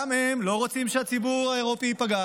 גם הם לא רוצים שהציבור האירופי ייפגע,